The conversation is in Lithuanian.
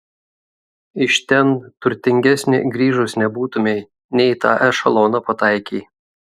iš ten turtingesnė grįžus nebūtumei ne į tą ešeloną pataikei